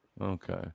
Okay